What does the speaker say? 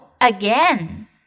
again